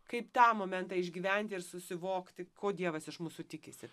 kaip tą momentą išgyvent ir susivokti ko dievas iš mūsų tikisi